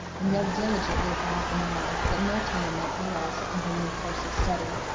and read diligently for half an hour, that no time might be lost in her new course of study,